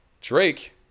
Drake